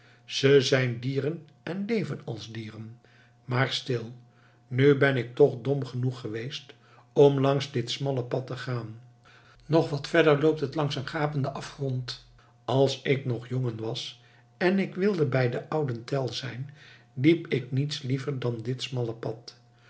ze zijn dieren en leven als de dieren maar stil nu ben ik toch dom genoeg geweest om langs dit smalle pad te gaan nog wat verder loopt het langs een gapenden afgrond als ik nog jongen was en ik wilde bij den ouden tell zijn liep ik niets liever dan dit smalle pad